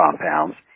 compounds